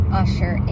usher